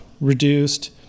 reduced